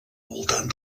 voltant